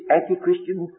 anti-Christian